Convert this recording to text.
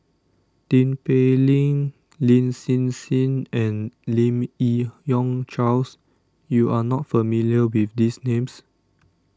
Tin Pei Ling Lin Hsin Hsin and Lim Yi Yong Charles you are not familiar with these names